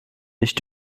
nicht